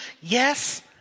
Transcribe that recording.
Yes